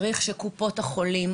בקופות החולים,